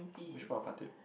which part of Khatib